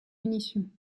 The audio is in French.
munitions